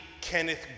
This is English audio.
Kenneth